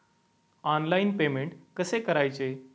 Online payment कसे करायचे?